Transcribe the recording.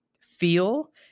feel